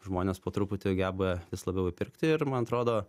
žmonės po truputį geba vis labiau įpirkti ir man atrodo